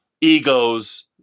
egos